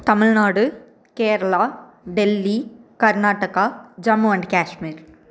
Tamil Nadu Kerala Delhi Karnataka Jammu and Kashmir